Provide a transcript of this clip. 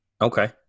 Okay